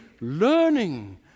learning